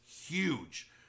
huge